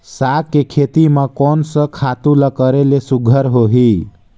साग के खेती म कोन स खातु ल करेले सुघ्घर होही?